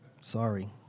Sorry